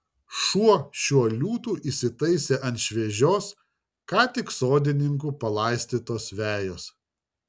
šuo šiuo liūtu įsitaisė ant šviežios ką tik sodininkų palaistytos vejos